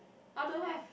I don't have